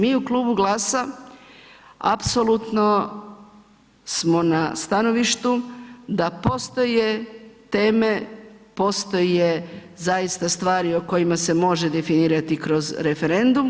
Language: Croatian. Mi u Klubu GLAS-a apsolutno smo na stanovištu da postoje teme, postoje zaista stvari o kojima se može definirati kroz referendum.